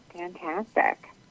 Fantastic